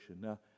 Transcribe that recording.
Now